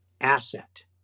asset